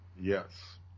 Yes